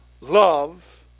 love